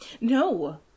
No